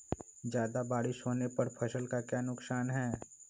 ज्यादा बारिस होने पर फसल का क्या नुकसान है?